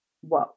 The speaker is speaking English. whoa